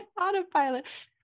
autopilot